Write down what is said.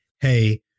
hey